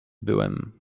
byłem